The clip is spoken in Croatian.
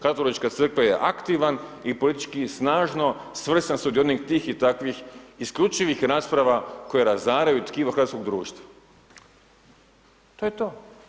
Katolička crkva je aktivan i politički snažno svrstan sudionik tih i takvih isključivih rasprava koje razaraju tkivo hrvatskog društva.“ To je to.